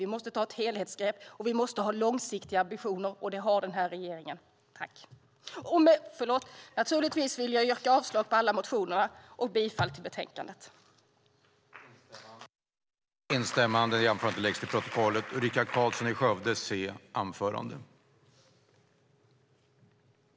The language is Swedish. Vi måste ta ett helhetsgrepp och ha långsiktiga ambitioner, och det har den här regeringen. Jag yrkar avslag på alla motioner och bifall till förslaget i betänkandet. I detta anförande instämde Anna Steele , Camilla Waltersson Grönvall och Yvonne Andersson .